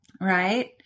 right